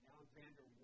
Alexander